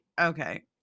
okay